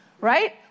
right